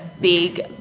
big